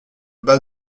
bas